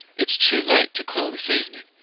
it's too late to call this evening,